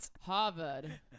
harvard